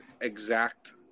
exact